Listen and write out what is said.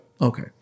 okay